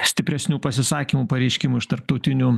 stipresnių pasisakymų pareiškimų iš tarptautinių